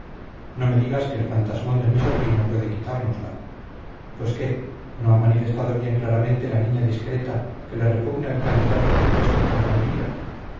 no me digas que el fantasmón de mi sobrino puede quitárnosla pues qué no ha manifestado bien claramente la niña discreta que le repugna el candidato propuesto por la familia